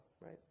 right